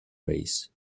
race